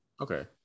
okay